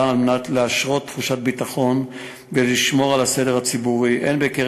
כדי להשרות תחושת ביטחון וכדי לשמור על הסדר הן בקרב